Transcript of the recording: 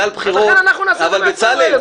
לכן אנחנו נעשה את זה בעצמנו, ארז.